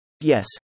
Yes